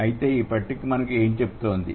అయితే ఈ పట్టిక మనకు ఏమిటి చెబుతోంది